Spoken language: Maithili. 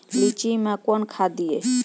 लीची मैं कौन खाद दिए?